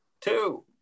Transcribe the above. two